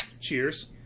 cheers